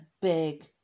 big